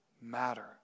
matter